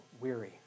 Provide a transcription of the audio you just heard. weary